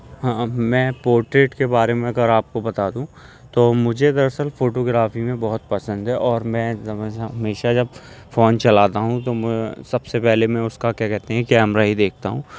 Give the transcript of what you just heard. ہاں میں پورٹریٹ کے بارے میں اگر آپ کو بتا دوں تو مجھے دراصل فوٹوگرافی میں بہت پسند ہے اور میں ہمیشہ جب فون چلاتا ہوں تو میں سب سے پہلے میں اس کا کیا کہتے ہیں کیمرہ ہی دیکھتا ہوں